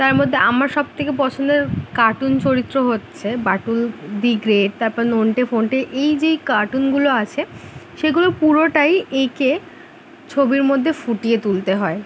তার মধ্যে আমার সবথেকে পছন্দের কার্টুন চরিত্র হচ্ছে বাঁটুল দি গ্রেট তারপর নন্টে ফন্টে এই যে এই কার্টুনগুলো আছে সেগুলো পুরোটাই এঁকে ছবির মধ্যে ফুটিয়ে তুলতে হয়